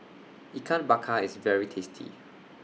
Ikan Bakar IS very tasty